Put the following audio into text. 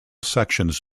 sections